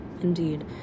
indeed